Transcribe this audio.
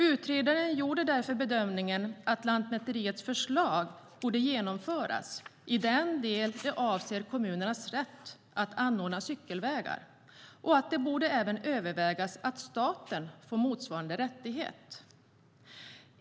Utredaren gjorde därför bedömningen att Lantmäteriets förslag borde genomföras i den del det avser kommuners rätt att anordna cykelvägar och att det även borde övervägas att staten får motsvarande rättighet.